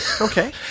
Okay